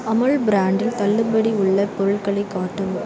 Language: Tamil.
அமுல் பிராண்டில் தள்ளுபடி உள்ள பொருட்களை காட்டவும்